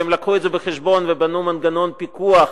והם הביאו את זה בחשבון ובנו מנגנון פיקוח